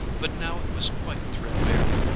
but now it was quite threadbare.